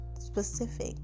specific